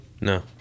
no